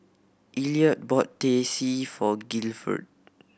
Elliot bought Teh C for Gilford